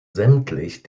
sämtlich